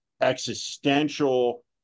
existential